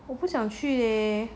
我不想去 leh